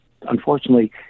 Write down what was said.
unfortunately